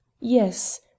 yes